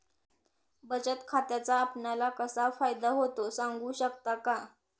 बचत खात्याचा आपणाला कसा फायदा होतो? सांगू शकता का?